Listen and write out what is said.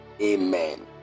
Amen